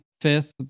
fifth